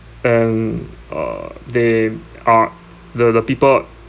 and uh they are the the people